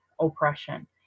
oppression